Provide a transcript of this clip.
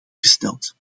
gesteld